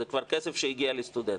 זה כבר כסף שהגיע לסטודנטים.